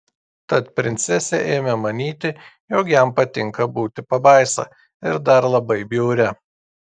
tad princesė ėmė manyti jog jam patinka būti pabaisa ir dar labai bjauria